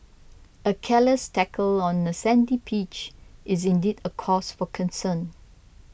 a careless tackle on a sandy pitch is indeed a cause for concern